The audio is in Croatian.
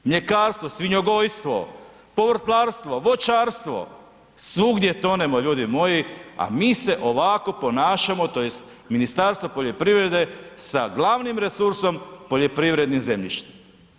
Mljekarstvo, svinjogojstvo, povrtlarstvo, voćarstvo, svugdje tonemo, ljudi moji, a mi se ovako ponašamo, tj. Ministarstvo poljoprivrede sa glavnim resursom, poljoprivrednim zemljištem.